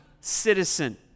citizen